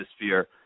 atmosphere